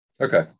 Okay